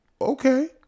okay